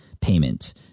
payment